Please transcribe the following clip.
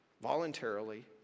voluntarily